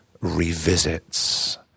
Revisits